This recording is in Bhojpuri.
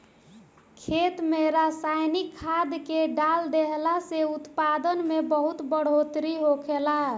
खेत में रसायनिक खाद्य के डाल देहला से उत्पादन में बहुत बढ़ोतरी होखेला